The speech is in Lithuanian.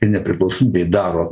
ir nepriklausomybei daro